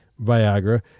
Viagra